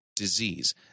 disease